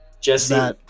Jesse